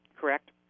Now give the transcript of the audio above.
correct